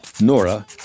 Nora